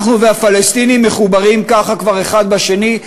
אנחנו והפלסטינים מחוברים ככה כבר האחד בשני,